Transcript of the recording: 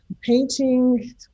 painting